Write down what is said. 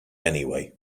anyway